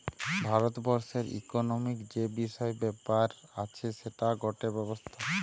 ভারত বর্ষের ইকোনোমিক্ যে বিষয় ব্যাপার আছে সেটার গটে ব্যবস্থা